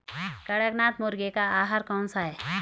कड़कनाथ मुर्गे का आहार कौन सा है?